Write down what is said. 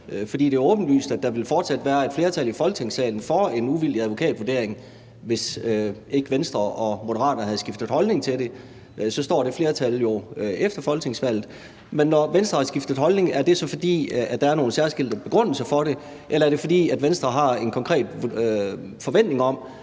fordi det er åbenlyst, at der fortsat vil være et flertal i Folketingssalen for en uvildig advokatvurdering? Hvis ikke Venstre og Moderaterne havde skiftet holdning til det, stod det flertal jo efter folketingsvalget. Men når Venstre har skiftet holdning, er det så, fordi der er nogle særskilte begrundelser for det? Eller er det, fordi Venstre har en konkret forventning om,